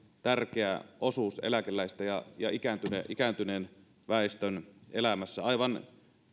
tärkeä osuus eläkeläisten ja ikääntyneen ikääntyneen väestön elämässä aivan